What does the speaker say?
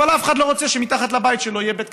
אבל אף אחד לא רוצה שמתחת לבית שלו יהיה בית קפה.